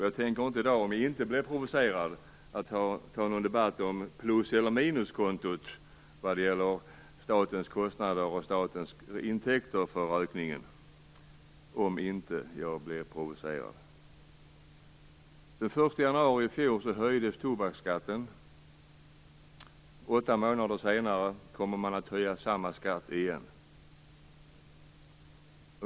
Jag tänker inte ta någon debatt om plus eller minuskontot vad gäller statens kostnader för och intäkter från rökningen om jag inte blir provocerad. Den 1 januari i fjol höjdes tobaksskatten. Åtta månader senare kommer man att höja samma skatt igen.